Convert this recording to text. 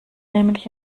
nämlich